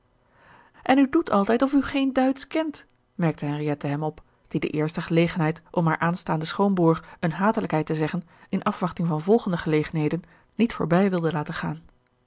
en u doet altijd of u geen duitsch kent merkte henriette hem op die de eerste gelegenheid om haar aanstaanden schoonbroer eene hatelijkheid te zeggen in afwachting van volgende gelegenheden niet voorbij wilde laten gaan